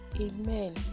Amen